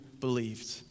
believed